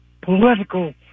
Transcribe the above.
political